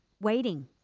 waiting